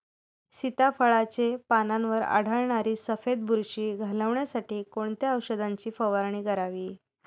सीताफळाचे पानांवर आढळणारी सफेद बुरशी घालवण्यासाठी कोणत्या औषधांची फवारणी करावी?